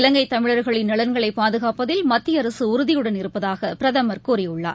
இலங்கை தமிழர்களின் நலன்களை பாதுகாப்பதில் மத்திய அரசு உறுதியுடன் இருப்பதாக பிரதமர் கூறியுள்ளார்